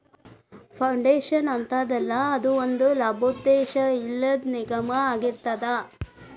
foundation ಅಂತದಲ್ಲಾ, ಅದು ಒಂದ ಲಾಭೋದ್ದೇಶವಿಲ್ಲದ್ ನಿಗಮಾಅಗಿರ್ತದ